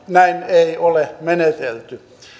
näin ei ole menetelty